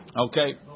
Okay